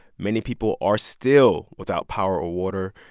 many people are still without power or water.